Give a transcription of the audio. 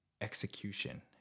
execution